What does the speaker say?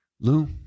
Lou